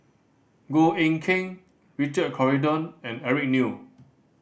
Goh Eck Kheng Richard Corridon and Eric Neo